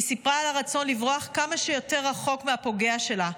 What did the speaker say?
היא סיפרה על הרצון לברוח כמה שיותר רחוק מהפוגע שלה,